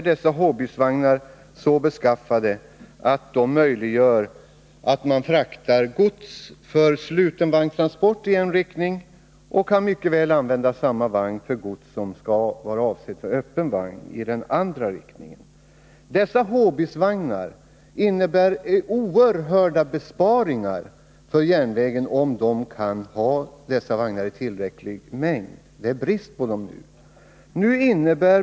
Dessa Hbis-vagnar är så beskaffade att de möjliggör att man fraktar gods för sluten vagntransport i en riktning och gods avsedd för öppen vagn i den andra riktningen. Det skulle innebära oerhörda besparingar för järnvägen, om dessa vagnar fanns i tillräcklig mängd — nu är det brist på dem.